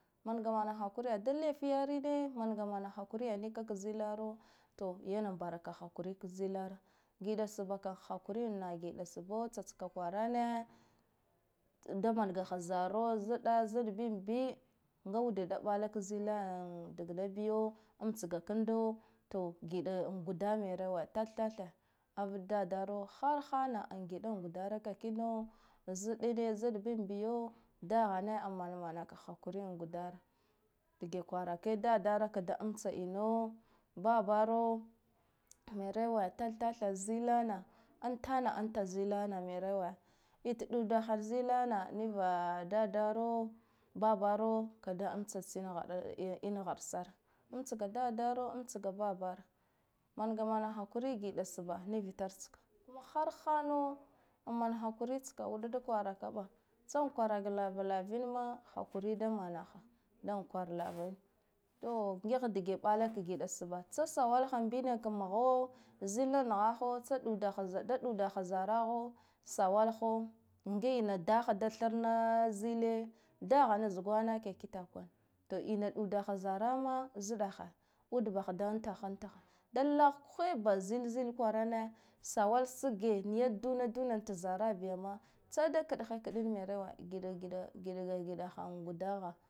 Manga mana hakuriya da laifiyari de manga mana hakuriyanika ka zilara yana bara ka hakuri ka zilara giɗa ka subha kam hakuriya ndha giɗa suba tsatska kwarane, da mangaha zaro zaɗa zaɗ bin bi nga ude da ɓala ka zila dagna biyo amtsga kando to giɗa an guda merowe tathe tathe av dadaro har hana an giɗa gudaraka kino zdine zdbin biyo dahane dahane an manamanaka hakuri an guda ra dage kwarake dadara kda amtsa ino babaro merowe, tath tathe zila na untana anta zilana merowe bit ɗudaha zilana nika dadaro bnabaro kada amtsa tsine haɗa in harsare, amtsga dadaro manga mana hakuri giɗa suba nivitar tska kuma har hano an mana hakuri tska uɗa da kida ra ɓa tsa an kwaraka lava lavin ma hjakuri da manaha dan kwara lava to ngih dage ɓalak giɗa tsa sawalaha nibina ka muha zila nahaho tsa ɗuda daɗuda ha zaraha sawalaho ngina da ha da tharna zile dahane zugwana ke kitakwane to ina ɗudaha zaraha ma zɗahe ude baha da untaha antaha da lakwhe ba zilzil kwarane sawala sige niya duna duna ta zara biya ma tsada kdha kdine merowe giɗa giɗa ha gudaha.